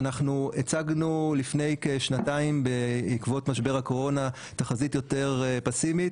אנחנו הצגנו לפני כשנתיים בעקבות משבר הקורונה תחזית יותר פאסימית.